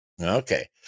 Okay